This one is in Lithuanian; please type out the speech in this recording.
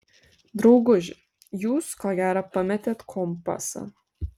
drauguži jūs ko gera pametėt kompasą